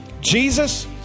Jesus